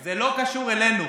זה לא קשור אלינו,